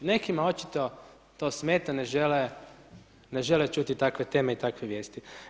Nekima očito to smeta, ne žele čuti takve teme i takve vijesti.